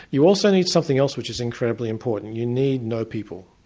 you also need something else which is incredibly important, you need no people.